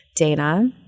Dana